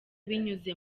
binyuze